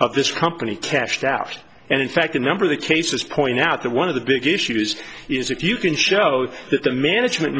of this company cashed out and in fact a number of the cases point out that one of the big issues is if you can show that the management